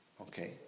Okay